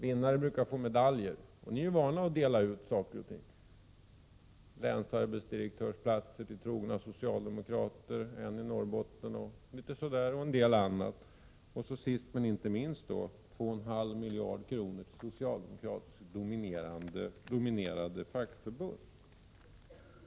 Vinnare brukar få medalj, och ni är vana att dela ut saker och ting: Länsarbetsdirektörsplatser till trogna socialdemokrater, exempelvis i Norrbotten, och en del annat — och sist men inte minst 2,5 miljarder till socialdemokratiskt dominerade fackförbund.